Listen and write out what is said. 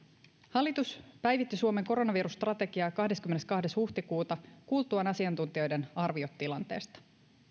hallitus päivitti suomen koronavirusstrategiaa kahdeskymmenestoinen huhtikuuta kuultuaan asiantuntijoiden arviot tilanteesta